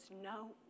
no